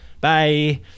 Bye